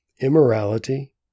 immorality